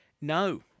no